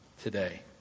today